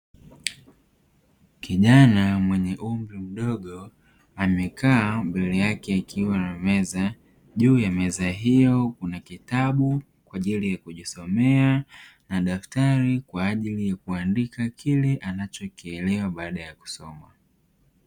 Kijana mwenye umri mdogo amekaa mbele yake akiwa na meza juu ya meza hiyo kuna kitabu kwa ajili ya kujisomea na daftari kwa ajili ya kuandika kile anachokielewa baada ya kusoma